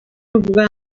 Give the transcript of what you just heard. ubwa